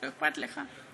לא אכפת לך?